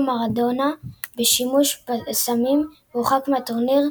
מראדונה בשימוש בסמים והורחק מהטורניר,